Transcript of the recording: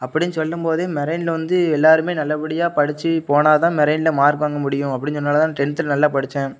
அப்படின் சொல்லும் போது மெரெய்னில் வந்து எல்லோருமே நல்லபடியாக படித்து போனால் தான் மெரெய்னில் மார்க் வாங்க முடியும் அப்படின் சொன்னதுனால் தான் டென்தில் நல்லா படித்தேன்